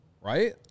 Right